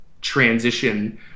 transition